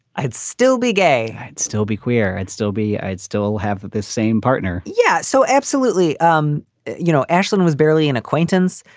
i'd still be gay, i'd still be queer, i'd still be i'd still have this same partner. yeah. so, absolutely. um you know, ashlyn was barely an acquaintance.